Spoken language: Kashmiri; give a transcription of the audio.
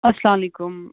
اَلسلام علیکُم